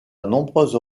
nombreuses